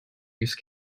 use